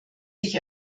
sich